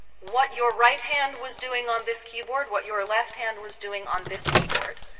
what your right hand was doing on this keyboard, what your left hand was doing on this keyboard.